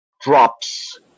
drops